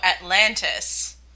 Atlantis